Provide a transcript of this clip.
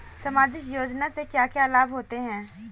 सामाजिक योजना से क्या क्या लाभ होते हैं?